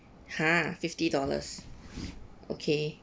!huh! fifty dollars okay